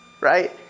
Right